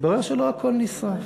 מתברר שלא הכול נשרף.